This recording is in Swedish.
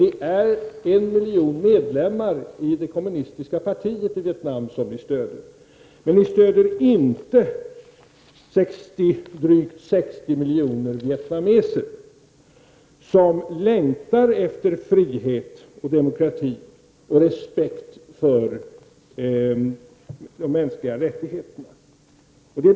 Det är 1 miljon medlemmar i det kommunistiska partiet i Vietnam som ni stöder. Ni stöder inte de drygt 60 miljoner vietnameser som längtar efter frihet och demokrati och respekt för de mänskliga rättigheterna.